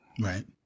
Right